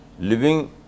living